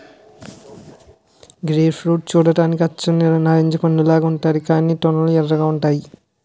grape fruit చూడ్డానికి అచ్చు నారింజ పండులాగా ఉంతాది కాని తొనలు ఎర్రగా ఉంతాయి